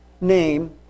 name